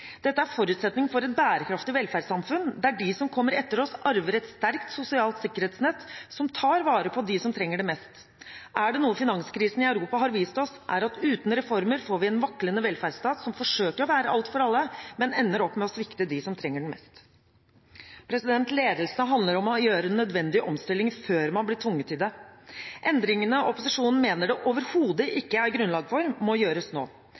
Dette er en forutsetning for et bærekraftig velferdssamfunn, der de som kommer etter oss, arver et sterkt sosialt sikkerhetsnett som tar vare på de som trenger det mest. Er det noe finanskrisen i Europa har vist oss, er det at uten reformer får vi en vaklende velferdsstat som forsøker å være for alle, men ender opp med å svikte dem som trenger det mest. Ledelse handler om å gjøre nødvendige omstillinger før man blir tvunget til det. Endringene opposisjonen mener det overhodet ikke er grunnlag for, må gjøres nå.